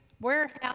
warehouse